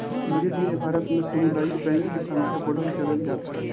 धीरे धीरे भारत में सामुदायिक बैंक के संख्या बढ़त चलल जाता